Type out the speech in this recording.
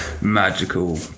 magical